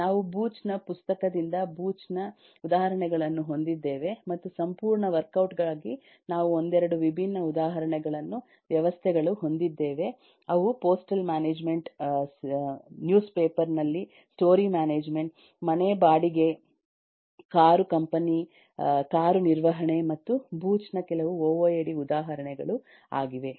ನಾವು ಬೂಚ್ ನ ಪುಸ್ತಕದಿಂದ ಬೂಚ್ ನ ಉದಾಹರಣೆಗಳನ್ನು ಹೊಂದಿದ್ದೇವೆ ಮತ್ತು ಸಂಪೂರ್ಣ ವರ್ಕ್ ಔಟ್ ಗಾಗಿ ನಾವು ಒಂದೆರಡು ವಿಭಿನ್ನ ಉದಾಹರಣೆ ವ್ಯವಸ್ಥೆಗಳು ಹೊಂದಿದ್ದೇವೆ ಅವು ಪೋಸ್ಟಲ್ ಮ್ಯಾನೇಜ್ಮೆಂಟ್ ನ್ಯೂಸ್ ಪೇಪರ್ ನಲ್ಲಿ ಸ್ಟೋರಿ ಮ್ಯಾನೇಜ್ಮೆಂಟ್ ಮನೆ ಬಾಡಿಗೆ ಕಾರು ಕಂಪನಿಯ ಕಾರು ನಿರ್ವಹಣೆ ಮತ್ತು ಬೂಚ್ ನ ಕೆಲವು ಒ ಒ ಎ ಡಿ ಉದಾಹರಣೆಗಳು ಆಗಿವೆ